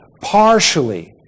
partially